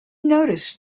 noticed